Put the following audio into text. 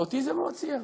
ואותי זה מאוד ציער.